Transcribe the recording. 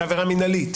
מנהלית.